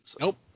Nope